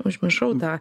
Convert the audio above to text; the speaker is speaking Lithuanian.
užmiršau tą